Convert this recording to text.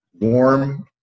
warm